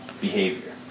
behavior